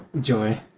joy